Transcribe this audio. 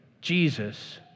Jesus